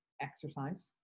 exercise